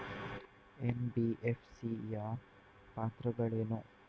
NBFC ಯ ಪಾತ್ರಗಳೇನು?